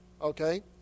okay